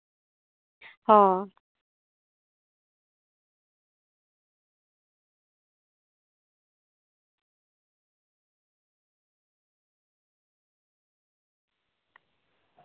ᱦᱚᱸ